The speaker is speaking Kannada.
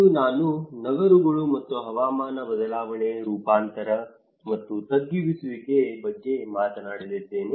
ಇಂದು ನಾನು ನಗರಗಳು ಮತ್ತು ಹವಾಮಾನ ಬದಲಾವಣೆ ರೂಪಾಂತರ ಮತ್ತು ತಗ್ಗಿಸುವಿಕೆಯ ಬಗ್ಗೆ ಮಾತನಾಡಲಿದ್ದೇನೆ